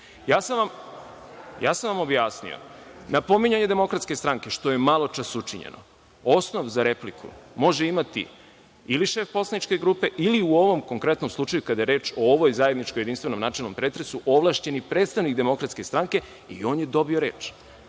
Ja sam vam objasnio, na pominjanje DS, što je maločas učinjeno, osnov za repliku može imati ili šef poslaničke grupe ili u ovom konkretnom slučaju, kada je reč o ovom zajedničkom jedinstvenom načelnom pretresu ovlašćeni predstavnik DS i on je dobio